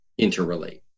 interrelate